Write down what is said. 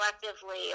collectively